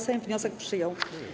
Sejm wniosek przyjął.